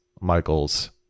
Michael's